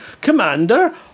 Commander